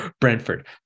Brentford